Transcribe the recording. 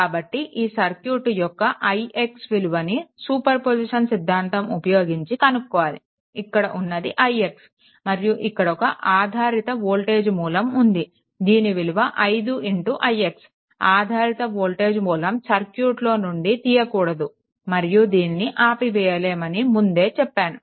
కాబట్టి ఈ సర్క్యూట్ యొక్క ix విలువని సూపర్ పొజిషన్ సిద్ధాంతం ఉపయోగించి కనుక్కోవాలి ఇక్కడ ఉన్నది ix మరియు ఇక్కడ ఒక ఆధారిత వోల్టేజ్ మూలం ఉంది దీని విలువ 5 ix ఆధారిత వోల్టేజ్ మూలం సర్క్యూట్లో నుండి తీయకూడదు మరియు దీనిని ఆపివేయలేము అని ముందే చెప్పాను